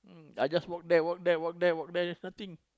I just work there work there work there work there there's nothing